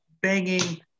banging